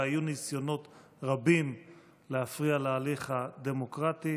והיו ניסיונות רבים להפריע להליך הדמוקרטי,